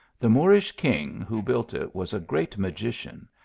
the moorish king who built it was a great magician,